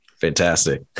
Fantastic